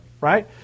right